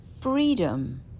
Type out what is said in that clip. freedom